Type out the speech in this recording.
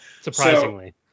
surprisingly